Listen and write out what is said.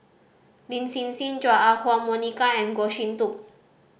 Lin Hsin Hsin Chua Ah Huwa Monica and Goh Sin Tub